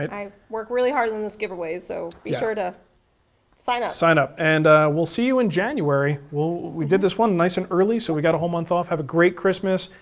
i work really hard and in this giveaway, so be sure to sign up. sign up, and we'll see you in january. we did this one nice and early, so we got a whole month off. have a great christmas,